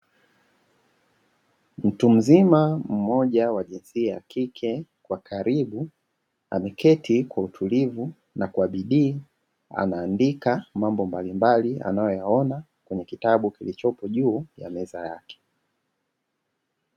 Mtu mzima mmoja wa jinsia ya kike kwa karibu, ameketi kwa utulivu na kwa bidii anaandika mambo mbalimbali anayoyaona, kwenye kitabu kilichopo juu ya meza yake.